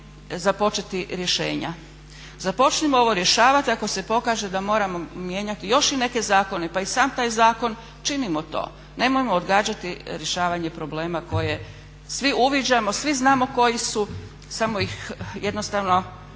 započeti rješenja. Započnimo ovo rješavati. Ako se pokaže da moramo mijenjati još i neke zakone, pa i sam taj zakon, činimo to, nemojmo odgađati rješavanje problema koje svi uviđamo, svi znamo koji su, samo ih jednostavno